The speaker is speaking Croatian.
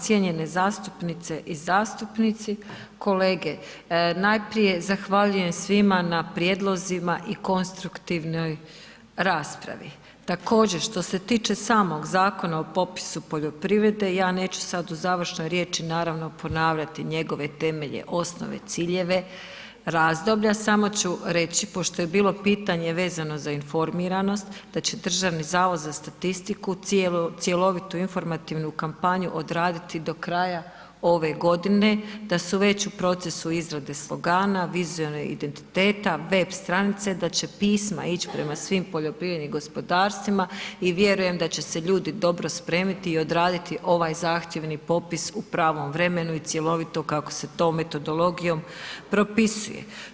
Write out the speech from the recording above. Cijenjene zastupnice i zastupnici, kolega najprije zahvaljujem svima na prijedlozima i konstruktivnoj raspravi, također što se tiče samog zakona o popisu poljoprivrede ja neću sad u završnoj riječi naravno ponavljati njegove temelje, osnove, ciljeve, razdoblja, samo ću reći pošto je bilo pitanje vezano za informiranost da će Državni zavod za statistiku cjelovitu informativnu kampanju odraditi do kraja ove godine, da su već u procesu izrade slogana, vizuelnog identiteta web stranice, da će pisma ići prema svim poljoprivrednim gospodarstvima i vjerujem da će se ljudi dobro spremiti i odraditi ovaj zahtjevni popis u pravom vremenu i cjelovito kako se to metodologijom propisuje.